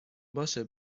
باشه